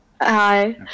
Hi